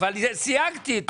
אבל סייגתי את זה,